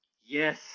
Yes